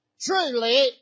truly